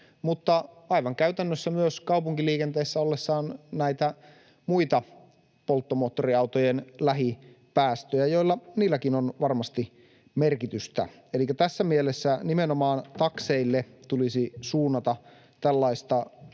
aivan käytännössä myös kaupunkiliikenteessä ollessaan näitä muita polttomoottoriautojen lähipäästöjä, joilla niilläkin on varmasti merkitystä. Elikkä tässä mielessä nimenomaan takseille tulisi suunnata tällaista tukea,